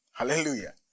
Hallelujah